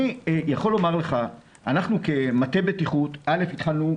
אנחנו כמטה בטיחות התחלנו,